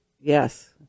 yes